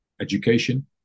education